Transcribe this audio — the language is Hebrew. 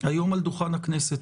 היום על דוכן הכנסת,